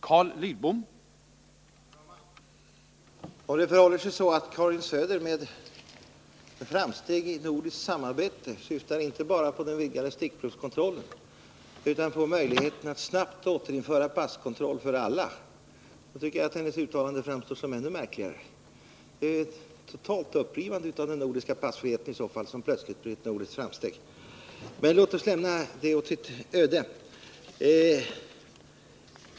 Herr talman! Om Karin Söder med framsteg i nordiskt samarbete syftade inte bara på den vidgade stickprovskontrollen utan också på möjligheten att snabbt återinföra passkontroll för alla, tycker jag att hennes uttalande framstår som ännu märkligare. Ett totalt upprivande av den nordiska passfriheten betecknas då plötsligt som ett nordiskt framsteg. Men låt oss lämna det åt dess öde.